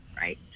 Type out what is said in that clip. right